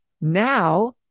now